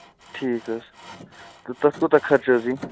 ٹھیٖک حظ تہٕ تَتھ کوٗتاہ خرچہٕ حظ یہِ